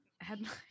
headline